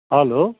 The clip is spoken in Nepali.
हेलो